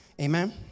Amen